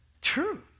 True